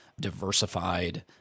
diversified